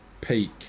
peak